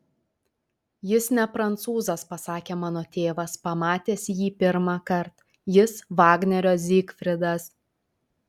jis ne prancūzas pasakė mano tėvas pamatęs jį pirmąkart jis vagnerio zygfridas